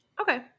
Okay